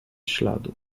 śladu